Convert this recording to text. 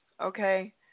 Okay